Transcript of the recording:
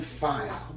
fire